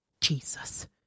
Jesus